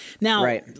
now